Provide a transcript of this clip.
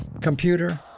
computer